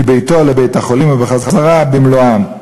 מביתו לבית-החולים ובחזרה במלואן".